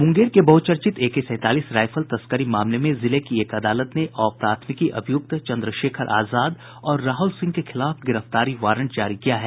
मुंगेर के बहुचर्चित एके सैंतालीस राइफल मामले में जिले की एक अदालत ने अप्राथमिकी अभियुक्त चन्द्रशेखर आजाद और राहुल सिंह के खिलाफ गिरफ्तारी वारंट जारी किया है